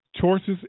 choices